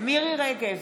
מירי מרים רגב,